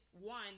one